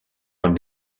van